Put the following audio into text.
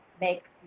makes